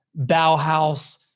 Bauhaus